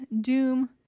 Doom